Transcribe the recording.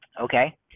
Okay